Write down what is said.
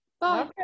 bye